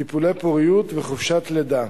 טיפולי פוריות וחופשת לידה.